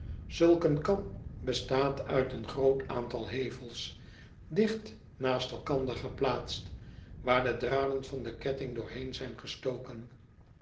ulk een kam bestaat uit een groot aantal hevels digt naast elkander geplaatst waar de draden van de ketting doorheen zijn gestoken